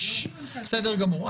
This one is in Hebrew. בסדר גמור.